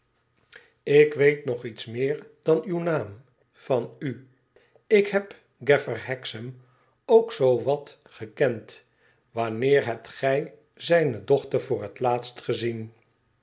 ik weet in de duisternis nog iets meer dan nw naam van u ik heb gafier hexam ook zoo wat gekend wanneer hebt gij zijne dochter voor het laatst gezien